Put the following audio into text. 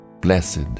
Blessed